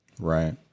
Right